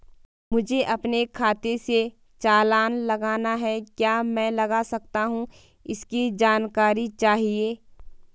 मुझे अपने खाते से चालान लगाना है क्या मैं लगा सकता हूँ इसकी जानकारी चाहिए?